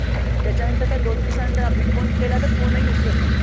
पण त्याच्यानंतर काय दोन दिवसानंतर आम्ही फोन केला तर फोनही उचलत नाही